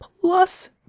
plus